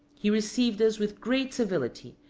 he received us with great civility,